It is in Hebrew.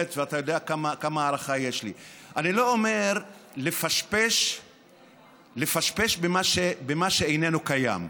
ואתה יודע כמה יש לי הערכה: אני לא אומר לפשפש במה שאיננו קיים.